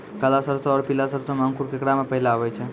काला सरसो और पीला सरसो मे अंकुर केकरा मे पहले आबै छै?